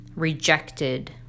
rejected